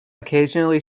occasionally